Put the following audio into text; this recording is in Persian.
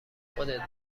خودت